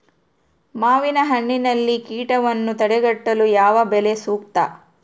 ಮಾವಿನಹಣ್ಣಿನಲ್ಲಿ ಕೇಟವನ್ನು ತಡೆಗಟ್ಟಲು ಯಾವ ಬಲೆ ಸೂಕ್ತ?